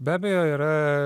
be abejo yra